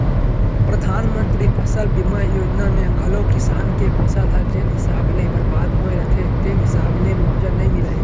परधानमंतरी फसल बीमा योजना म घलौ किसान के फसल ह जेन हिसाब ले बरबाद होय रथे तेन हिसाब ले मुवावजा नइ मिलय